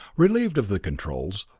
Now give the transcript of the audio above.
relieved of the controls,